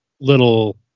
little